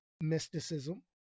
mysticism